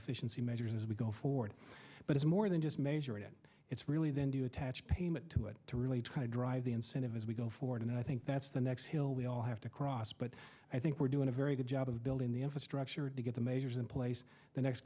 efficiency measures as we go forward but it's more than just measuring it it's really then to attach payment to it to really try to drive the incentive as we go forward and i think that's the next hill we all have to cross but i think we're doing a very good job of building the infrastructure to get the measures in place the next